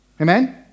Amen